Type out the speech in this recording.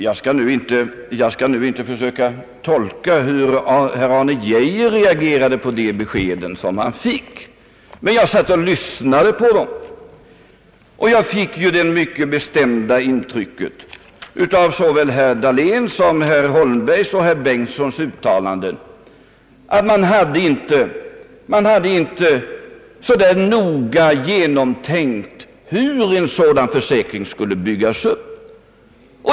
Jag skall nu inte försöka tolka hur herr Arne Geijer reagerade på de besked han fick, men jag, som satt och lyssnade på dem, fick det mycket bestämda intrycket av såväl herr Dahléns, herr Holmbergs som herr Bengtsons uttalanden att man inte så där noga hade tänkt igenom hur en sådan försäkring skulle byggas upp.